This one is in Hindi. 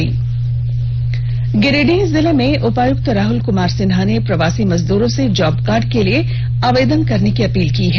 अपील गिरिडीह जिले में उपायुक्त राहुल कुमार सिन्हा ने प्रवासी मजदूरों से जॉब कार्ड के लिए आवेदन करने की अपील की है